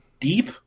deep